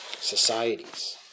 societies